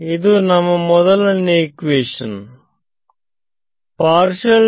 ಇದು ನಮ್ಮ ಮೊದಲನೇ ಇಕ್ವಿಷನ್